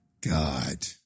God